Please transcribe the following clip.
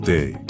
Day